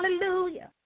Hallelujah